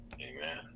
Amen